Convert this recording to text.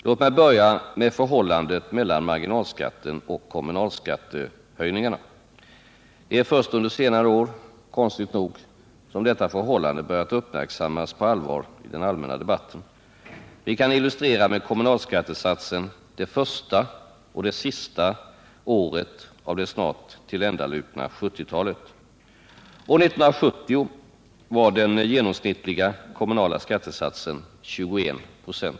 Låt mig börja med förhållandet mellan marginalskatten och kommunalskattehöjningarna. Det är först under senare år som detta förhållande börjat uppmärksammas på allvar i den allmänna debatten. Vi kan illustrera detta med kommunalskattesatsen det första och det sista året av det snart tilländalupna 1970-talet. År 1970 var den genomsnittliga kommunala skattesatsen 21 96.